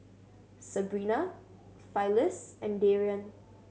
Sebrina Phyliss and Darrion